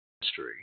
history